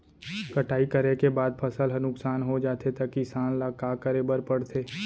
कटाई करे के बाद फसल ह नुकसान हो जाथे त किसान ल का करे बर पढ़थे?